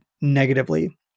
negatively